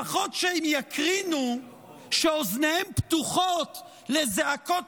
לפחות שהם יקרינו שאוזניהם פתוחות לזעקות